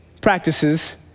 practices